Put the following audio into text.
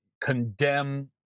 condemn